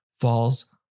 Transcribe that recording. falls